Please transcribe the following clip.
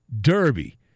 Derby